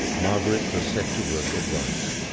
margaret was set to work at once.